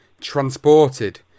Transported